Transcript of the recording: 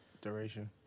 duration